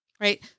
right